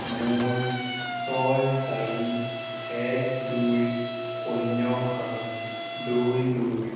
মোৰ ছয় চাৰি এক দুই শূন্য সাত দুই দুই